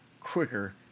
quicker